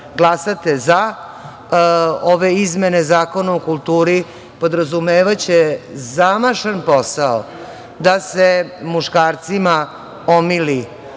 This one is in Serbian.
glasate za ove izmene Zakona o kulturi, podrazumevaće zamašan posao da se muškarcima omili